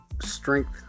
strength